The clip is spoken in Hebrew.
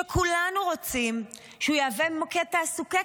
שכולנו רוצים שהוא יהווה מוקד תעסוקה כי